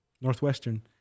Northwestern